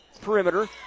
perimeter